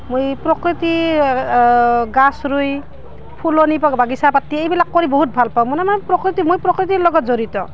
মই প্ৰকৃতিৰ গছ ৰুই ফুলনিৰ বাগিছা পাতি এইবিলাক কৰি বহুত ভাল পাওঁ মানে মই প্ৰকৃতি মই প্ৰকৃতিৰ লগত জড়িত